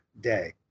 day